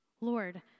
lord